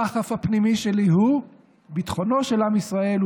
הדחף הפנימי שלי הוא ביטחונו של עם ישראל,